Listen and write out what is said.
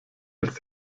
als